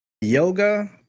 yoga